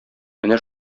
менә